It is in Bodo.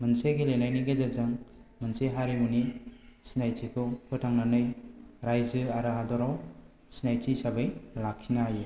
मोनसे गेलेनायनि गेजेरजों मोनसे हारिमुनि सिनायथिखौ फोथांनानै रायजो आरो हादराव सिनायथि हिसाबै लाखिनो हायो